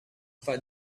for